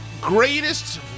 greatest